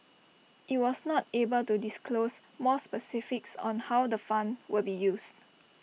IT was not able to disclose more specifics on how the fund will be used